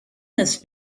this